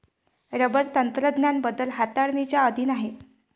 rubber तंत्रज्ञान बदल हाताळणीच्या अधीन आहे